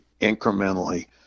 incrementally